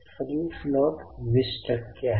हे फार महत्वाचे आहे एकदा की उर्वरित काम सोपे आहे